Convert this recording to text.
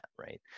right